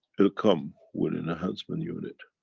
it'll come with an enhancement unit,